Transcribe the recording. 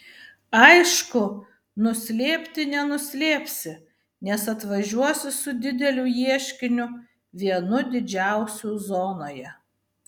aišku nuslėpti nenuslėpsi nes atvažiuosi su dideliu ieškiniu vienu didžiausių zonoje